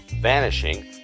Vanishing